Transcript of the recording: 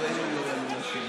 פסיכולוגים לא ממירים.